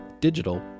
digital